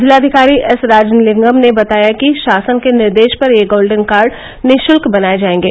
जिलाधिकारी एस राजलिंगम ने बताया कि शासन के निर्देश पर यह गोल्डन कार्ड निःशुल्क बनाए जाएगे